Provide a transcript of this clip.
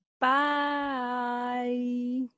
Bye